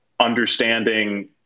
understanding